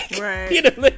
right